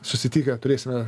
susitikę turėsime